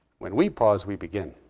when we pause, we begin.